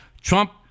Trump